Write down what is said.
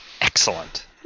excellent